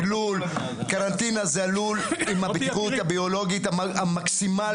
קרנטינה זה לול עם בטיחות ביולוגית מקסימלית,